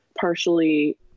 partially